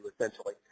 essentially